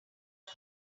not